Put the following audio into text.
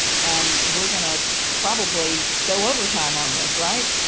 and we're going to probably go overtime on this, right?